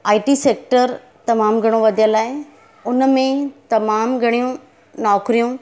आई T sector तमामु घणो वघियलु आहे उनमें तमामु घणियूं नौकरियूं